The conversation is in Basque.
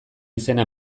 izena